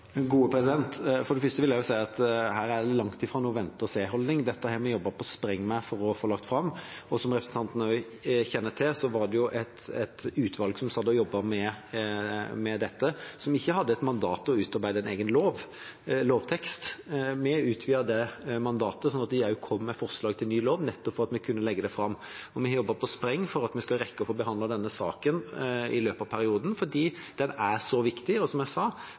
For det første vil jeg si at her er det langt fra noen vente-og-se-holdning. Dette har vi jobbet på spreng med for å få lagt fram. Som representanten kjenner til, var det jo et utvalg som satt og jobbet med dette, som ikke hadde mandat til å utarbeide en egen lovtekst. Vi utvidet det mandatet, slik at de også kom med forslag til ny lov, nettopp for at vi kunne legge det fram. Vi har jobbet på spreng for å rekke å få behandlet denne saken i løpet av perioden, fordi den er så viktig. Som jeg sa: